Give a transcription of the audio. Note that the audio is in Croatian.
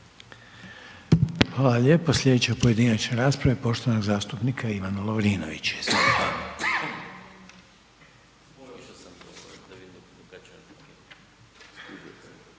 Hvala lijepo. Sljedeća pojedinačna rasprava je poštovanog zastupnika Ivana Lovrinovića,